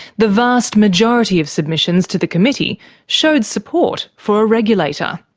the vast majority of submissions to the committee showed support for a regulator.